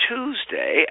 Tuesday